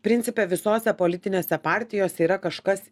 principe visose politinėse partijose yra kažkas